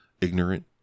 ignorant